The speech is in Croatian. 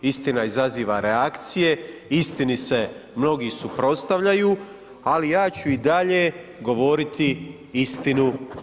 Istina izaziva reakcije, istini se mnogi suprotstavljaju, ali ja ću i dalje govoriti istinu.